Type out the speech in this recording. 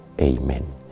Amen